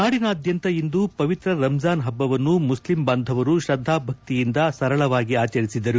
ನಾಡಿನಾದ್ಯಂತ ಇಂದು ಪವಿತ್ರ ರಂಜಾನ್ ಹಬ್ಬವನ್ನು ಮುಸ್ಲಿಂ ಬಾಂಧವರು ಶ್ರದ್ದಾ ಭಕ್ತಿಯಿಂದ ಸರಳವಾಗಿ ಆಚರಿಸಿದರು